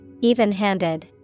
Even-handed